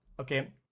okay